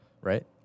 Right